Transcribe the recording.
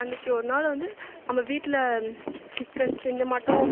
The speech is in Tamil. அன்றைக்கு ஒருநாள் வந்து நம்ம வீட்டில் சிக்கன்ஸ் இந்த மட்டும்